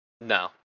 No